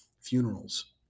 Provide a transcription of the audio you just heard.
funerals